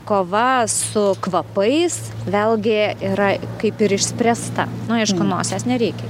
kova su kvapais vėlgi yra kaip ir išspręsta nu aišku nosies nereikia